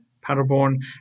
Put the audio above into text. Paderborn